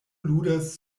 ludas